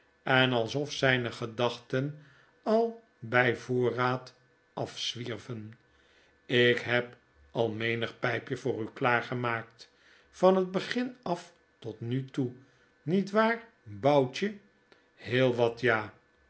en alsof zijne gedachten al bij voorraad afzwierven ik heb almenigpjjpje voor u klaargemaakt van het begin af tot nu toe niet waar boutje p heel wat ja